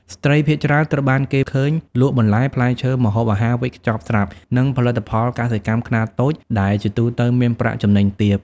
ស្ត្រីភាគច្រើនត្រូវបានគេឃើញលក់បន្លែ ផ្លែឈើ ម្ហូបអាហារវេចខ្ចប់ស្រាប់ និងផលិតផលកសិកម្មខ្នាតតូច ដែលជាទូទៅមានប្រាក់ចំណេញទាប។